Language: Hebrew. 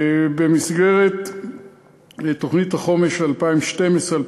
במסגרת תוכנית החומש 2012 2016,